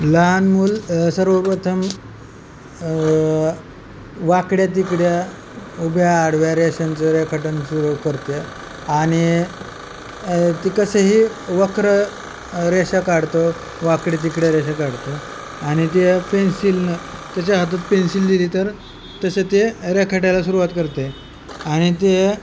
लहान मूल सर्वप्रथम वाकड्या तिकड्या उभ्या आडव्या रेषांचं रेखाटन सुरू करते आणि ते कसेही वक्र रेषा काढतो वाकडे तिकड्या रेषा काढतो आणि ते पेन्सिलनं त्याच्या हातात पेन्सिल दिली तर तसं ते रेखटायला सुरवात करते आणि ते